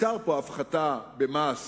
הוזכרה פה הפחתה במס